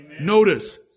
Notice